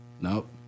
Nope